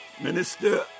Minister